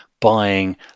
buying